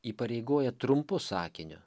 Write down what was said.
įpareigoja trumpu sakiniu